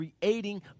creating